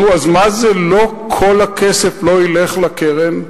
נו, אז מה זה "לא כל הכסף ילך לקרן"?